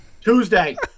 Tuesday